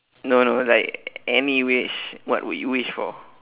no no like any wish what would you wish for